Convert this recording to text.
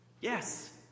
Yes